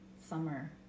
summer